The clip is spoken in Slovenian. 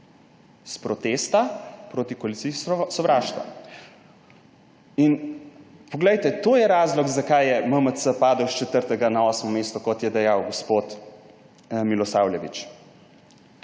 s protesta protikoalicijskega sovraštva. In poglejte, to je razlog, zakaj je MMC padel s 4. na 8. mesto, kot je dejal gospod Milosavljević.